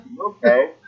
Okay